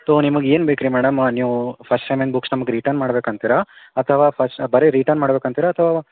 ತೋ ನಿಮಗೆ ಏನು ಬೇಕು ರೀ ಮೇಡಮ್ ನೀವು ಫಸ್ಟ್ ಸೆಮ್ಮಿಂದು ಬುಕ್ಸ್ ನಮಗೆ ರಿಟರ್ನ್ ಮಾಡ್ಬೇಕು ಅಂತೀರ ಅಥವಾ ಫಸ್ಟ್ ಬರೀ ರಿಟರ್ನ್ ಮಾಡ್ಬೇಕು ಅಂತೀರ ಅಥವಾ